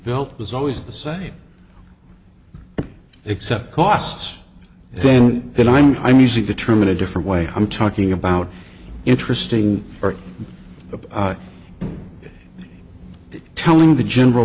built was always the same except costs then then i'm i'm using the term in a different way i'm talking about interesting for telling the general